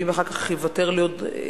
ואם אחר כך תיוותר לי שנייה,